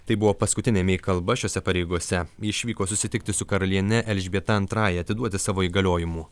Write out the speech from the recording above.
tai buvo paskutinė mei kalba šiose pareigose ji išvyko susitikti su karaliene elžbieta antrąja atiduoti savo įgaliojimų